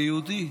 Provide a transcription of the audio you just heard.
אני יהודי.